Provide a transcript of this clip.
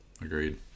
agreed